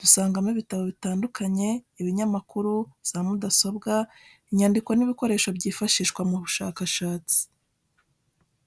Dusangamo ibitabo bitandukanye, ibinyamakuru, za mudasobwa, inyandiko n’ibikoresho byifashishwa mu bushakashatsi.